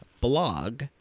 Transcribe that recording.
blog